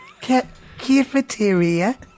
Cafeteria